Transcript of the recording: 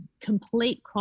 complete